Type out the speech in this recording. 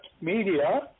Media